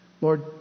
Lord